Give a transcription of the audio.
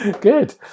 Good